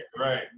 right